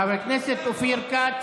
חבר הכנסת אופיר כץ,